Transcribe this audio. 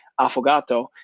affogato